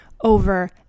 over